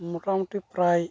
ᱢᱚᱴᱟᱢᱩᱴᱤ ᱯᱨᱟᱭ